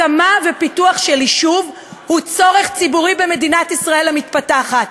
הקמה ופיתוח של יישוב זה צורך ציבורי במדינת ישראל המתפתחת.